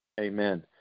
Amen